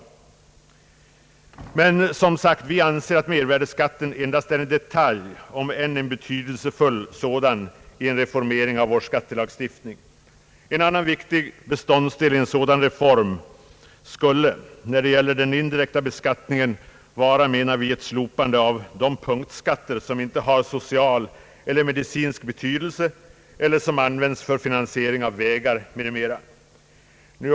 Men vi anser som sagt att mervärdeskatten endast är en detalj, om än en betydelsefull sådan, i en reformering av vår skattelagstiftning. En annan viktig beståndsdel i en sådan reform skulle, när det gäller den indirekta beskattningen, vara ett slopande av de punktskatter som inte har social eller medicinsk betydelse eller som används för finansiering av vägar m.m.